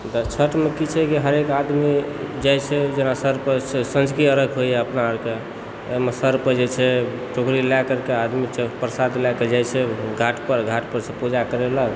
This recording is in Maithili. इधर छठिमे की छै जे हरेक आदमी जाइत छै जेना साँझके अर्घ्य होइए अपनाअरके ओहिमे सर पर जे छै टोकरी लय करके आदमी प्रसाद लयके जाइ छै घाट पर घाट पर से पूजा करेलक